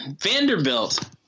Vanderbilt